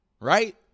right